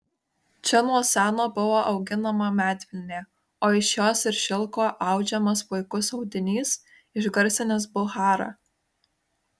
čia nuo seno buvo auginama medvilnė o iš jos ir šilko audžiamas puikus audinys išgarsinęs bucharą